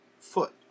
foot